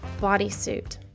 bodysuit